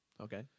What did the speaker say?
Okay